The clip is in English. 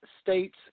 States